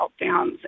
meltdowns